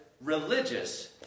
religious